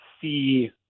see